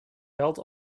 geld